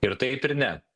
ir taip ir ne